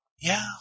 Yeah